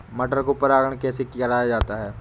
मटर को परागण कैसे कराया जाता है?